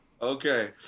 Okay